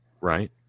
right